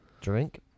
Drink